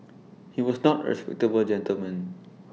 he was not respectable gentleman